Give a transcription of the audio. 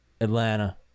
Atlanta